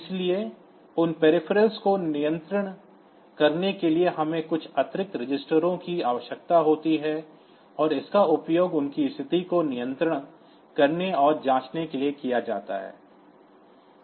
इसलिए उन परिधीयों को नियंत्रित करने के लिए हमें कुछ अतिरिक्त रजिस्टरों की आवश्यकता होती है और इसका उपयोग उनकी स्थिति को नियंत्रित करने और जांचने के लिए किया जाता है